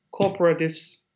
cooperatives